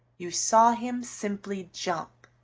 you saw him simply jump.